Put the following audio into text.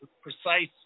precise